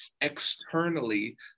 externally